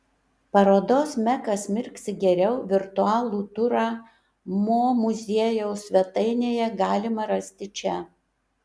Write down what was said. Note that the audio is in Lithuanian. parodos mekas mirksi geriau virtualų turą mo muziejaus svetainėje galima rasti čia